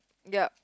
yup